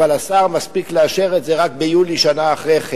אבל השר מספיק לאשר את זה רק ביולי שנה אחרי כן.